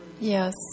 Yes